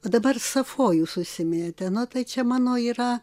o dabar safo jūs užsiminėte no tai čia mano yra